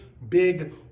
big